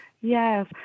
Yes